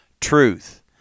truth